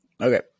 okay